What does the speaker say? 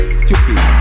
stupid